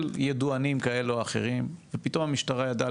של ידוענים כאלה ואחרים ופתאום המשטרה ידעה